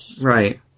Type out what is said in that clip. Right